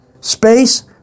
Space